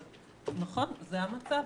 אבל נכון, זה המצב.